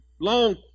long